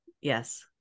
yes